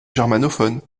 germanophone